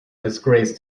disgrace